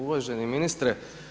Uvaženi ministre.